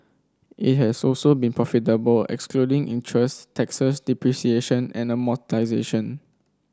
it has also been profitable excluding interest taxes depreciation and amortisation